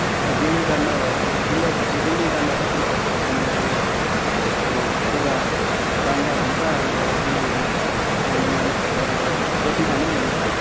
गिल्ली डन्डा भयो त अब गिलो ड गिल्ली डन्डा कसरी खेल्छ भने अब अब एउटा डन्डा हुन्छ अन्त एउटा गिल्ली हुन्छ खेल्ने मान्छेहरू अब जतिजना पनि हुन्छ